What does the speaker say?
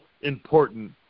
important